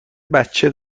بچه